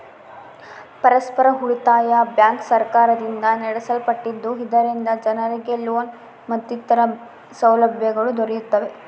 ಪರಸ್ಪರ ಉಳಿತಾಯ ಬ್ಯಾಂಕ್ ಸರ್ಕಾರದಿಂದ ನಡೆಸಲ್ಪಟ್ಟಿದ್ದು, ಇದರಿಂದ ಜನರಿಗೆ ಲೋನ್ ಮತ್ತಿತರ ಸೌಲಭ್ಯಗಳು ದೊರೆಯುತ್ತವೆ